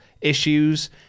issues